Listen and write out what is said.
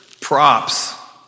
props